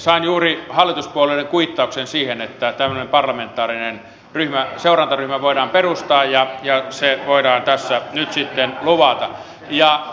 sain juuri hallituspuolueiden kuittauksen siihen että tämmöinen parlamentaarinen seurantaryhmä voidaan perustaa ja se voidaan tässä nyt sitten luvata